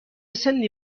سنی